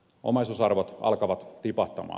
omaisuusarvot alkavat tipahtaa